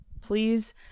Please